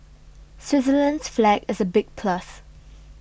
Switzerland's flag is a big plus